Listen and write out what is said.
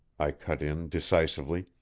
i cut in decisively.